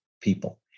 people